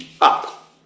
Up